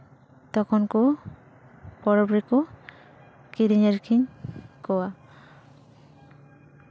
ᱛᱚᱠᱷᱚᱱ ᱠᱚ ᱯᱚᱨᱚᱵᱽ ᱨᱮᱠᱚ ᱠᱤᱨᱤᱧ ᱟᱹᱠᱷᱨᱤᱧ ᱠᱚᱣᱟ